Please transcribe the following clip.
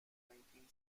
nineteen